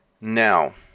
Now